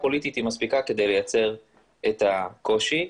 פוליטית היא מספיקה כדי לייצר את הקושי.